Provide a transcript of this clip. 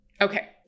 Okay